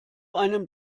einem